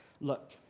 Look